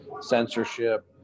censorship